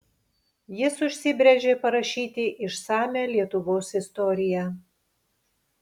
jis užsibrėžė parašyti išsamią lietuvos istoriją